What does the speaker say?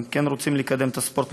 הם כן רוצים לקדם את הספורט,